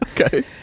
Okay